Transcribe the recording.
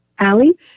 Allie